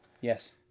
Yes